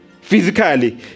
Physically